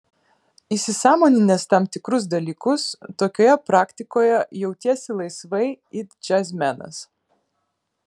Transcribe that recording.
įsisąmoninęs tam tikrus dalykus tokioje praktikoje jautiesi laisvai it džiazmenas